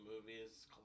movies